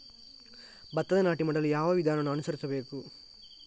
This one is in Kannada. ಭತ್ತದ ನಾಟಿ ಮಾಡಲು ಯಾವ ವಿಧಾನವನ್ನು ಅನುಸರಿಸಬೇಕು?